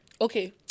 Okay